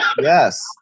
Yes